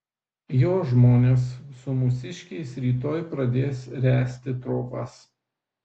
jo žmonės su mūsiškiais rytoj pradės ręsti trobas